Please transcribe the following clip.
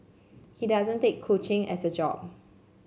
he doesn't take coaching as a job